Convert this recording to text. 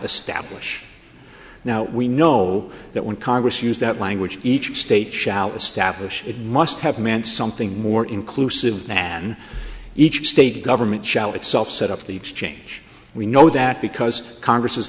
establish now we know that when congress use that language each state shall establish it must have meant something more inclusive than each state government shall itself that of the exchange we know that because congress